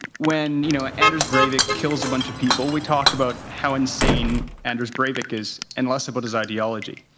when you know anders breivik kills a bunch of people, we talked about how insane anders breivik is and less about his ideology.